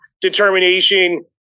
determination